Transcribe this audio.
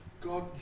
God